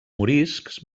moriscs